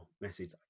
message